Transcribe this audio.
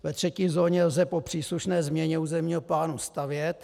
Ve třetí zóně lze po příslušné změně územního plánu stavět.